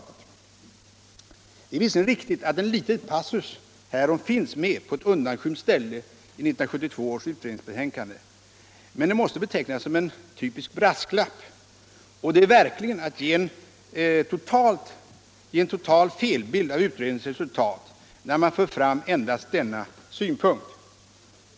Det är visserligen riktigt att en liten passus härom finns med på ett undanskymt ställe i 1972 års utredningsbetänkande, men det måste betecknas som en typisk brasklapp, och det är verkligen att ge en total felbild av utredningens resultat när man för fram endast denna synpunkt.